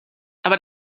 aber